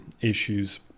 issues